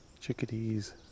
Chickadees